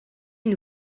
une